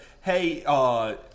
hey –